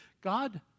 God